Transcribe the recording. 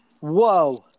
Whoa